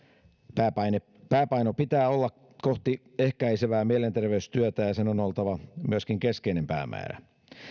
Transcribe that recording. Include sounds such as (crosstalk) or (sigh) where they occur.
pääpainon (unintelligible) pääpainon pitää olla kohti ehkäisevää mielenterveystyötä ja sen on oltava myöskin keskeinen päämäärä (unintelligible) (unintelligible) (unintelligible)